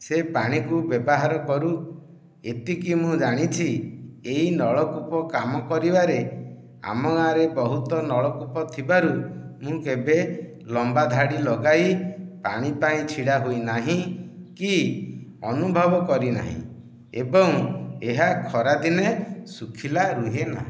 ସେ ପାଣି କୁ ବ୍ୟବହାର କରୁ ଏତିକି ମୁଁ ଜାଣିଛି ଏହି ନଳକୂପ କାମ କରିବାରେ ଆମ ଗାଁ ରେ ବହୁତ ନଳକୂପ ଥିବାରୁ ମୁଁ କେବେ ଲମ୍ବା ଧାଡ଼ି ଲଗାଇ ପାଣି ପାଇଁ ଛିଡ଼ା ହୋଇ ନାହିଁ କି ଅନୁଭବ କରି ନାହିଁ ଏବଂ ଏହା ଖରା ଦିନେ ଶୁଖିଲା ରୁହେ ନାହିଁ